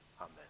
Amen